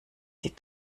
sie